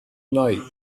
night